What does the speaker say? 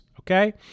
okay